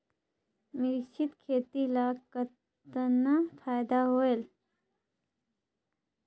मिश्रीत खेती ल कतना फायदा होयल?